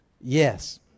Yes